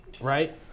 right